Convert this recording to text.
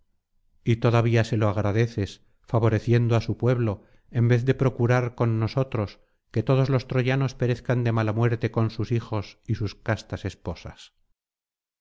y todavía se lo agradeces favoreciendo á su pueblo en vez de procurar con nosotros que todos los troyanos perezcan de mala muerte con sus hijos y sus castas esposas